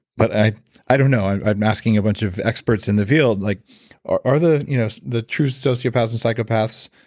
but i i don't know, i'm i'm asking a bunch of experts in the field. like are are the you know the true sociopaths and psychopaths,